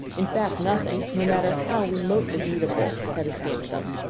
in fact, nothing, no matter how remotely eatable, had escaped them.